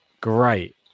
great